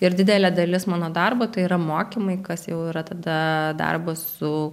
ir didelė dalis mano darbo tai yra mokymai kas jau yra tada darbas su